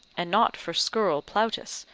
and not for scurril plautus,